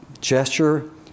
gesture